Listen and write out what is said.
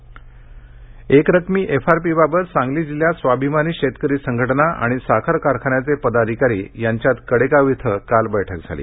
FRP एकरकमी एफआरपीबाबत सांगली जिल्ह्यात स्वाभिमानी शेतकरी संघटना आणि साखर कारखान्याचे पदाधिकारी यांच्यात कडेगांव इथे काल बैठक झाली